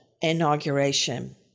inauguration